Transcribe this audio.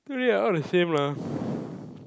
really ah all the same lah